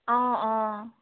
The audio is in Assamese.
অঁ অঁ